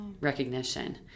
recognition